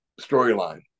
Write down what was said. storyline